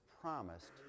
promised